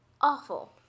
Awful